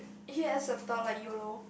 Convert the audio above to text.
he has a thought like yolo